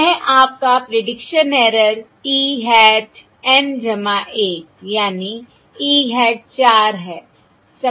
यह आपका prediction error e hat N 1 यानी e hat 4 है